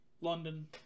London